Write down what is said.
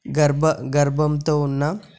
గర్భం గర్భంతో ఉన్న